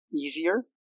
easier